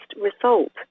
result